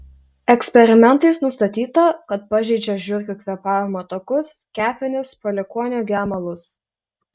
eksperimentais nustatyta kad pažeidžia žiurkių kvėpavimo takus kepenis palikuonių gemalus